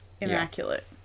Immaculate